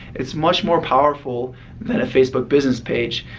it's much more powerful than a facebook business page.